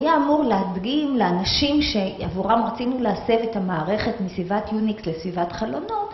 היה אמור להדגים לאנשים שעבורם רצינו להסב את המערכת מסביבת יוניקס לסביבת חלונות